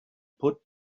put